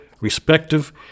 respective